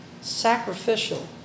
Sacrificial